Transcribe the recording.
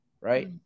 right